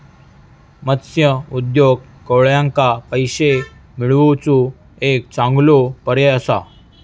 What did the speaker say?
मत्स्य उद्योग कोळ्यांका पैशे मिळवुचो एक चांगलो पर्याय असा